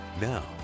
Now